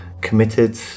committed